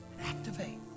Activate